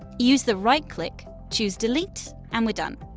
use the right-click, choose delete, and we're done!